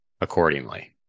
accordingly